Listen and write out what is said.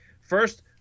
First